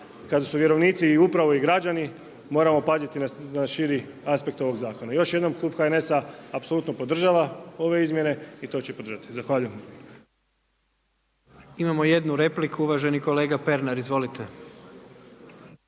kada su vjerovnici upravo i građani moramo paziti na širi aspekt ovog zakona. Još jednom klub HNS-a apsolutno podržava ove izmjene i to će podržati. Zahvaljujem.